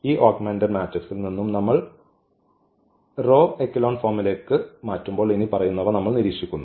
ഈ ഓഗ്മെന്റഡ് മാട്രിക്സിൽ നിന്നും നമ്മൾ റോ എക്കലോൺ ഫോമിലേക്ക് മാറ്റുമ്പോൾ ഇനിപ്പറയുന്നവ നമ്മൾ നിരീക്ഷിക്കുന്നു